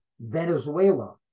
Venezuela